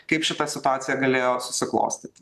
kaip šita situacija galėjo susiklostyti